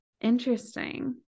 Interesting